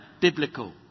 biblical